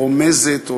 או רומזת,